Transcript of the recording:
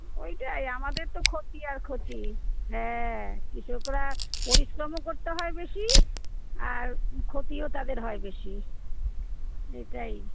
ওইটাই আমাদের তো ক্ষতি আর ক্ষতি হ্যাঁ কৃষকরা পরিশ্রমও করতে হয় বেশি আর ক্ষতিও তাদের হয় বেশি এটাই